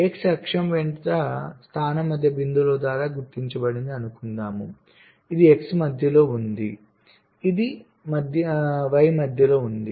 X అక్షం వెంట స్థానం మధ్య బిందువుల ద్వారా గుర్తించబడిందని అనుకుందాం ఇది X మధ్యలో ఉంది ఇది మధ్యలో y ఉంది